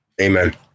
amen